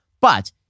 But-